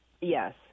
yes